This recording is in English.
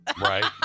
Right